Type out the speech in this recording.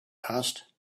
past